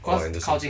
oh anderson